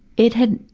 it had,